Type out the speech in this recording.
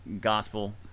gospel